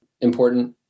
important